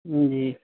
جی